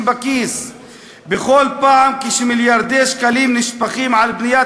בכיס בכל פעם שמיליארדי שקלים נשפכים על בניית